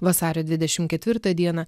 vasario dvidešimt ketvirtą dieną